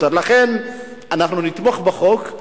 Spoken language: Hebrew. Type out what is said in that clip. לכן אנחנו נתמוך בחוק,